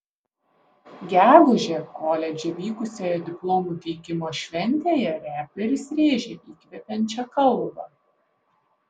gegužę koledže vykusioje diplomų teikimo šventėje reperis rėžė įkvepiančią kalbą